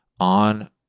On